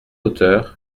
hauteur